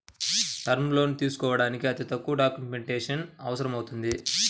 term లోన్లు తీసుకోడానికి అతి తక్కువ డాక్యుమెంటేషన్ అవసరమవుతుంది